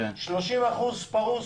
30% פרוש